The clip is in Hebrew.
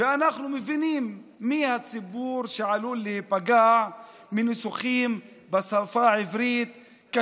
ואנחנו מבינים מי הציבור שעלול להיפגע מניסוחים בשפה העברית.